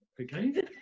okay